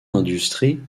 industries